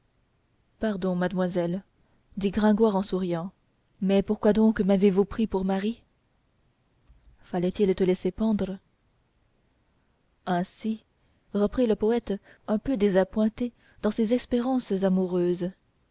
pardon mademoiselle dit gringoire en souriant mais pourquoi donc m'avez-vous pris pour mari fallait-il te laisser pendre ainsi reprit le poète un peu désappointé dans ses espérances amoureuses